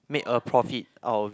made a profit out of